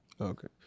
Okay